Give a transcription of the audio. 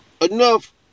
Enough